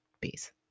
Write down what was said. Peace